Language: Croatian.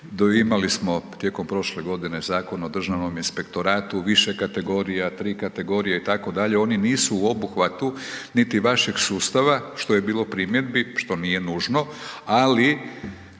imali smo tijekom prošle godine Zakon o Državnom inspektoratu, više kategorija, tri kategorije itd., oni nisu u obuhvatu niti vašeg sustava što je bilo primjedbi što nije nužno, ali